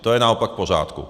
To je naopak v pořádku.